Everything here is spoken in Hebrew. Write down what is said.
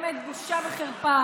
באמת, בושה וחרפה.